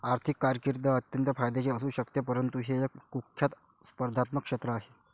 आर्थिक कारकीर्द अत्यंत फायद्याची असू शकते परंतु हे एक कुख्यात स्पर्धात्मक क्षेत्र आहे